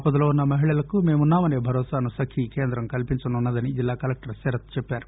పదలో ఉన్న మహిళలకు మేమున్నామనే భరోసాను సఖి కేంద్రం కల్పించనున్న దని జిల్లా కలెక్టర్ శరత్ చెప్పారు